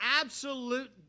absolute